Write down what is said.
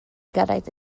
gyrraedd